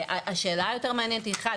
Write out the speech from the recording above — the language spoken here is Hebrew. השאלה היותר מעניינת היא אחד,